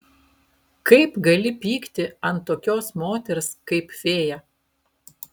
kaip gali pykti ant tokios moters kaip fėja